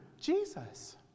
Jesus